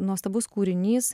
nuostabus kūrinys